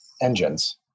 engines